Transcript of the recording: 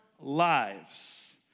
lives